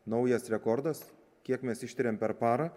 naujas rekordas kiek mes ištiriam per parą